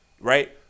right